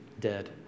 dead